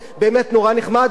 והכי יפה,